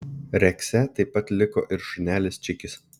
rekse taip pat liko ir šunelis čikis